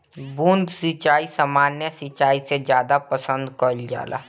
बूंद सिंचाई सामान्य सिंचाई से ज्यादा पसंद कईल जाला